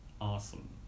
awesome